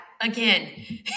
again